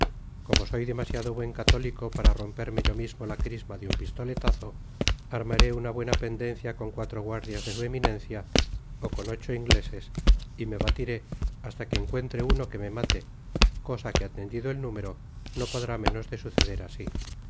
como soy demasiado buen católico para romperme yo mismo la crisma de un pistoletazo armaré una buena pendencia con cuatro guardias de su eminencia ó con ocho ingleses y me batiré hasta que encuentre uno que me mate cosa que atendido el número no podrá menos de suceder asi